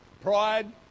Pride